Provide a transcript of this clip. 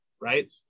right